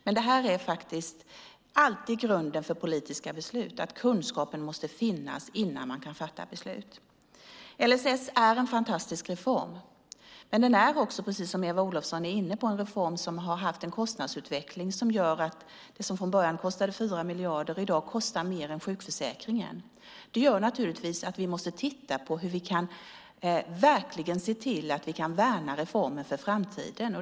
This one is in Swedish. Men grunden för politiska beslut är alltid att kunskapen måste finnas innan man fattar beslut. LSS är en fantastisk reform. Men den är också, som Eva Olofsson var inne på, en reform som har haft en kostnadsutveckling som gör att det som från början kostade 4 miljarder i dag kostar mer än sjukförsäkringen. Det gör att vi måste titta på hur vi kan se till att värna reformen för framtiden.